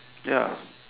ya